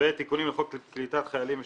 ותיקונים לחוק קליטת חיילים משוחררים,